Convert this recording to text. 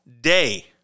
day